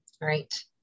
Right